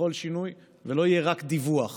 בכל שינוי, ולא יהיה רק דיווח.